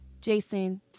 Jason